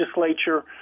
legislature